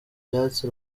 byatsi